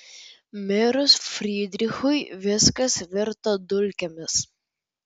mirus frydrichui viskas virto dulkėmis